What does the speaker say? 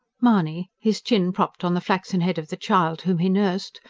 mahony, his chin propped on the flaxen head of the child, whom he nursed,